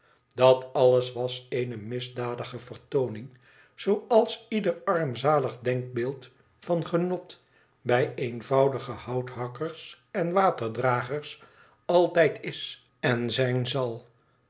dat alles was eene misdadige vertooning zooals ieder armzalig denkbeeld van genot bij eenvoudige houthakkers en waterdragers altijd is en zijn zal